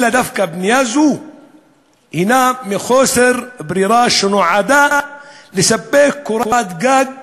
אלא זו דווקא בנייה מחוסר ברירה שנועדה לספק קורת גג